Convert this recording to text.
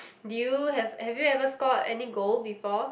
did you have have you ever scored any goal before